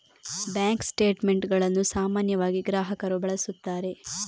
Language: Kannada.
ಬ್ಯಾಂಕ್ ಸ್ಟೇಟ್ ಮೆಂಟುಗಳನ್ನು ಸಾಮಾನ್ಯವಾಗಿ ಗ್ರಾಹಕರು ಬಳಸುತ್ತಾರೆ